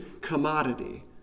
commodity